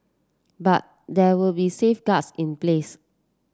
but there will be safeguards in place